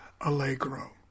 Allegro